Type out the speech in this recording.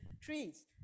trees